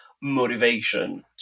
motivation